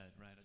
right